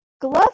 Glove